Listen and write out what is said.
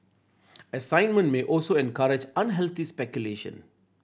assignment may also encourage unhealthy speculation